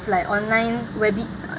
like online web